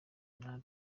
nta